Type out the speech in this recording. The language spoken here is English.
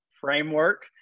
framework